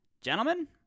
Gentlemen